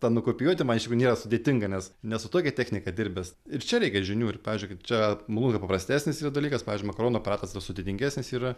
tą nukopijuoti man iš tikrųjų nėra sudėtinga nes ne su tokia technika dirbęs ir čia reikia žinių ir pavyzdžiui kaip čia malūnas yra paprastesnis yra dalykas pavyzdžiui makaronų aparatas yra sudėtingesnis yra